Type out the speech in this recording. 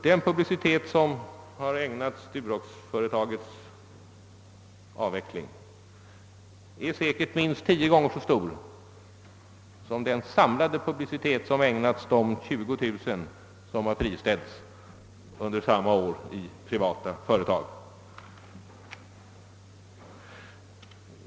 Den publicitet som ägnades Duroxföretagets avveckling är minst tio gånger så stor som den samlade publicitet som ägnats de 20 000 människor som under samma år friställts i de privata företagen.